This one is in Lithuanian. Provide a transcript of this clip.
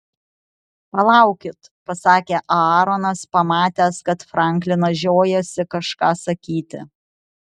palaukit pasakė aaronas pamatęs kad franklinas žiojasi kažką sakyti